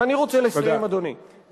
אני רוצה לסיים, אדוני, תודה.